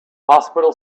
hospital